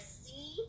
see